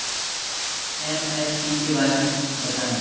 MSP के बारे में बतायें?